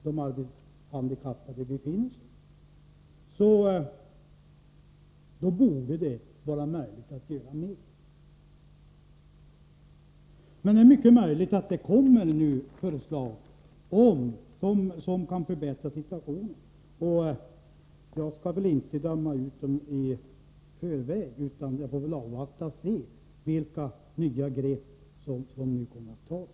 de arbetshandikappade — borde det vara möjligt att göra mera. Det är mycket troligt att de förslag som kommer att läggas fram innebär en förbättring av situationen. Därför skall jag inte i förväg döma ut förslagen. Jag får väl avvakta och se vilka nya grepp som kommer att tas.